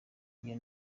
iyo